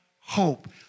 hope